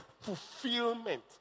fulfillment